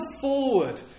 forward